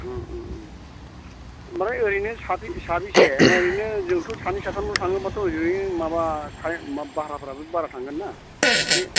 ओमफ्राय ओरैनो साबैसे ओरैनो जोंथ' सानै साथामल' थाङोबाथ' ओरैनो माबा भाराफ्राबो बारा थांगोन ना इसे